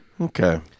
Okay